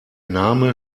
name